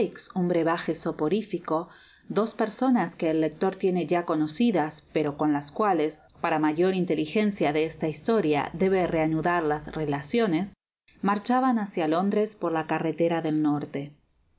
sikes un brevaje suporifico dos personas que el lector tiene ya conocidas pero con las cuales para mayor inteligencia de esta historia debe reanudar las relaciones marchaban hacia londres por la carretera del norte